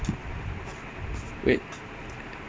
okay what do you want know